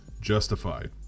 justified